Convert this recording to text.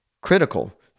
critical